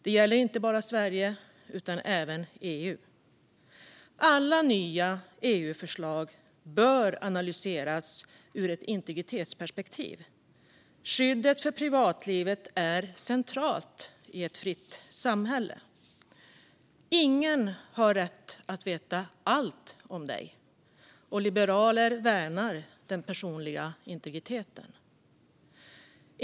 Det gäller inte bara Sverige utan även EU. Alla nya EU-förslag bör analyseras ur ett integritetsperspektiv. Skyddet för privatlivet är centralt i ett fritt samhälle. Ingen har rätt att veta allt om dig, och liberaler värnar den personliga integriteten.